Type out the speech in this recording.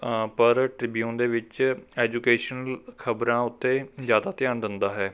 ਪਰ ਟ੍ਰਿਬਿਊਨ ਦੇ ਵਿੱਚ ਐਜੂਕੇਸ਼ਨਲ ਖਬਰਾਂ ਉੱਤੇ ਜ਼ਿਆਦਾ ਧਿਆਨ ਦਿੰਦਾ ਹੈ